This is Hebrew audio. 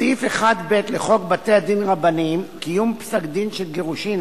סעיף 1(ב) לחוק בתי-דין רבניים (קיום פסקי-דין של גירושין),